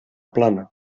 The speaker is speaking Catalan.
plana